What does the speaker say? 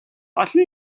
олон